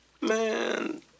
Man